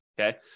okay